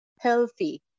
healthy